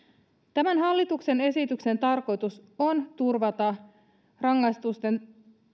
tämän hallituksen esityksen tarkoitus on turvata rangaistusten